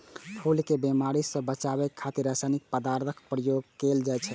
फूल कें बीमारी सं बचाबै खातिर रासायनिक पदार्थक प्रयोग कैल जाइ छै